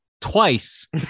twice